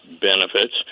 benefits